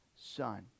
son